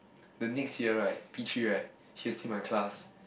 the next year right P three right he was still in my class